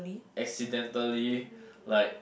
accidentally like